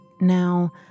Now